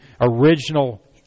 original